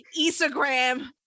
Instagram